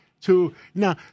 to—now